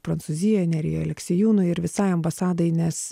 prancūzijoj nerijui aleksiejūnui ir visai ambasadai nes